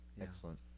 excellent